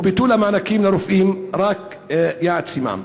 וביטול המענקים לרופאים רק יעצימם.